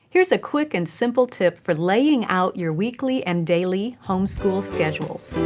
here's a quick and simple tip for laying out your weekly and daily homeschool schedules.